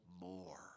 more